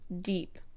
DEEP